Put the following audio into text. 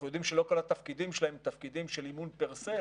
אנחנו יודעים שלא כל התפקידים שלהם הם תפקידים של אימון per say,